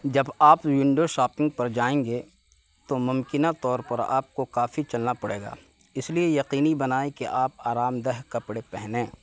جب آپ window shopping پر جائیں گے تو ممکنہ طور پر آپ کو کافی چلنا پڑے گا اس لیے یقینی بنائیں کہ آپ آرام دہ کپڑے پہنیں